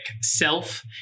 self